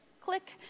click